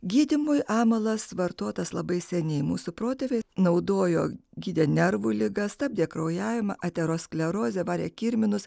gydymui amalas vartotas labai seniai mūsų protėviai naudojo gydė nervų ligas stabdė kraujavimą aterosklerozę varė kirminus